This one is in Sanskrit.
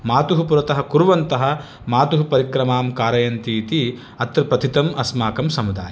मातुः पुरतः कुर्वन्तः मातुः परिक्रमां कारयन्ति इति अत्र प्रथितम् अस्माकं समुदाये